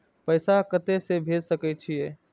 पैसा कते से भेज सके छिए?